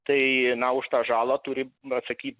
tai na už tą žalą turi atsakyt